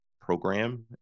Program